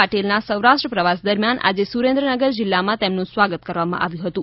પાટીલના સૌરાષ્ટ્ર પ્રવાસ દરમિયાન આજે સુરેન્દ્રનગર જિલ્લામાં તેમનું સ્વાગત કરવામાં આવ્યું હતું